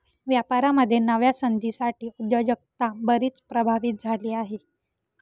व्यापारामध्ये नव्या संधींसाठी उद्योजकता बरीच प्रभावित झाली आहे